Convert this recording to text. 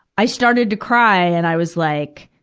i started to cry, and i was like,